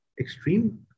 extreme